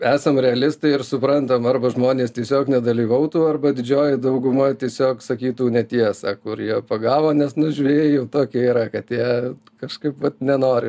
esam realistai ir suprantam arba žmonės tiesiog nedalyvautų arba didžioji dauguma tiesiog sakytų netiesą kur jie pagavo nes nu žvejai jau tokie yra kad jie kažkaip vat nenori